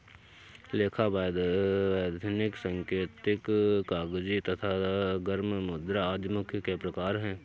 लेखा, वैधानिक, सांकेतिक, कागजी तथा गर्म मुद्रा आदि मुद्रा के प्रकार हैं